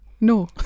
No